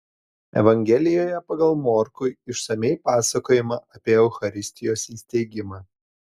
evangelijoje pagal morkų išsamiai pasakojama apie eucharistijos įsteigimą